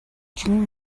jim